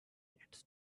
its